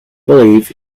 believe